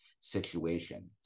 situation